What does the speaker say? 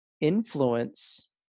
influence